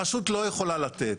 הרשות לא יכולה לתת,